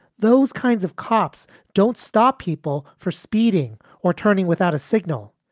those kinds of cops don't stop people for speeding or turning without a signal,